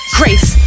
grace